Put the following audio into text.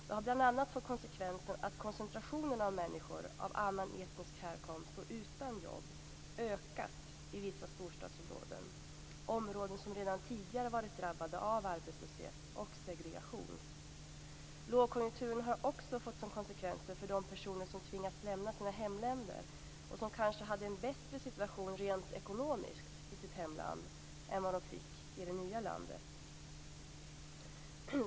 Det har bl.a. fått konsekvensen att koncentrationen av människor av annan etnisk härkomst och utan jobb ökat i vissa storstadsområden, som redan tidigare varit drabbade av arbetslöshet och segregation. Lågkonjunkturen har också fått konsekvenser för de personer som tvingats lämna sina hemländer och som kanske hade en bättre situation rent ekonomiskt i sitt hemland än vad de fick i det nya landet.